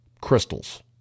crystals